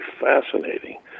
fascinating